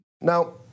Now